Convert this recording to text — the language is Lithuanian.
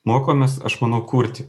mokomės aš manau kurti